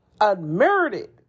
Unmerited